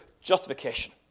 justification